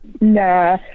Nah